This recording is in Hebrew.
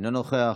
אינו נוכח,